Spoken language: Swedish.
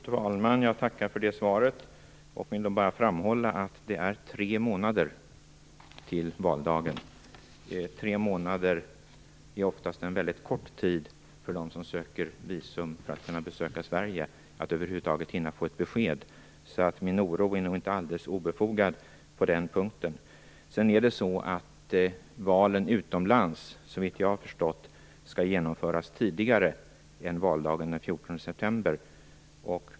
Fru talman! Jag tackar för det svaret och vill bara framhålla att det är tre månader till valdagen. Tre månader är oftast en väldigt kort tid för dem som söker visum för att kunna besöka Sverige att över huvud taget hinna få ett besked. Min oro är nog inte alldeles obefogad på den punkten. Valen utomlands skall, såvitt jag förstått, genomföras tidigare än valdagen den 14 september.